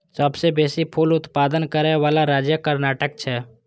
सबसं बेसी फूल उत्पादन करै बला राज्य कर्नाटक छै